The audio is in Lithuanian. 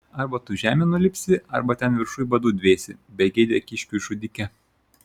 arba tu žemėn nulipsi arba ten viršuj badu dvėsi begėde kiškių žudike